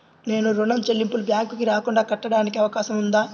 నేను ఋణం చెల్లింపులు బ్యాంకుకి రాకుండా కట్టడానికి అవకాశం ఉందా?